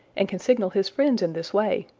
and can signal his friends in this way,